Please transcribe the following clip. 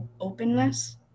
openness